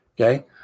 Okay